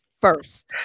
first